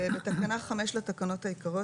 תיקון תקנה 5 בתקנה 5 לתקנות העיקריות,